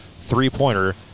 three-pointer